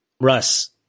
Russ